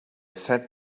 sat